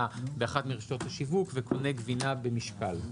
באחת מרשתות השיווק וקונה גבינה במשקל.